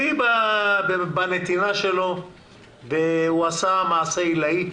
ייחודי בנתינה שלו והוא עשה מעשה עילאי,